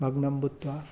भग्नं भूत्वा